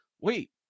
Wait